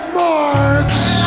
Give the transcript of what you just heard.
marks